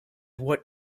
what